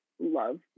love